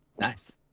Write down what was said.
Nice